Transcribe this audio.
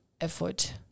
effort